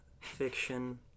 fiction